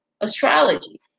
astrology